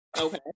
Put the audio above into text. Okay